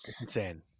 insane